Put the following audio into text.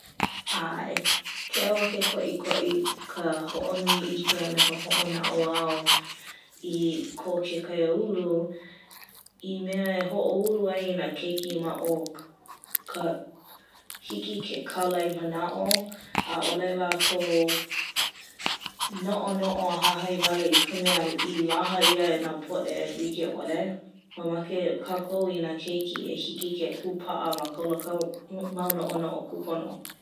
ʻAe. Keu a ke koʻikoʻi ka hoʻonui ʻike a me ka hoʻonaʻauao i kō ke kaiāulu I mea e hoʻoulu ai i nā keiki ma o ka hiki ke kālai manaʻo ʻaʻole lākou noʻonoʻo a hāhai wale i ka mea i laha ʻia e nā poʻe likeʻole Mamake kākou i nā keiki e hiki ke kūpaʻa i ko lākou mau noʻonoʻo kūpono